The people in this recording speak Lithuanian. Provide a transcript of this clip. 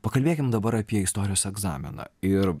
pakalbėkim dabar apie istorijos egzaminą ir